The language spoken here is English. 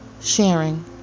sharing